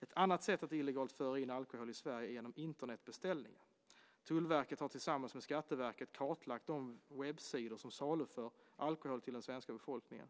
Ett annat sätt att illegalt föra in alkohol i Sverige är genom Internetbeställningar. Tullverket har tillsammans med Skatteverket kartlagt de webbsidor som saluför alkohol till den svenska befolkningen.